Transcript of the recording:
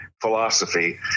philosophy